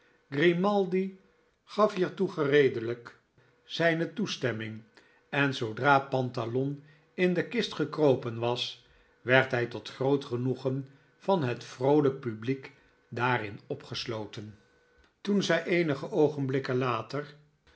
grimaldi gafhiertoe gereedelijk zijne toestemming en zoodra pantalon in de kist gekropen was werd hy tot groot genoegen van het vroolijk publiek daarin opgesloten toen zij eenige oogenblikken later